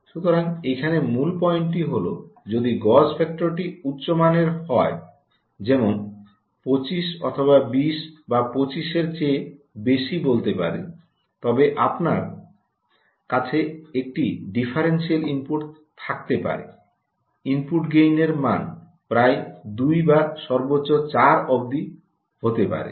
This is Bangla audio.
সুতরাং এখানে মূল পয়েন্টটি হল যদি গজ ফ্যাক্টরটি উচ্চ মানের হয় যেমন 25 বা 20 বা 25 এর চেয়ে বেশি বলতে পারি তবে আপনার কাছে একটি ডিফারেনশিয়াল ইনপুট থাকতে পারে ইনপুট গেইনের মান প্রায় 2 বা সর্বোচ্চ 4 অবধি হতে পারে